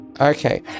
Okay